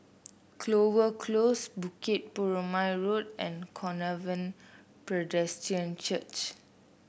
Clover Close Bukit Purmei Road and Covenant Presbyterian Church